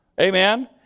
Amen